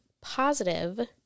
positive